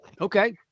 Okay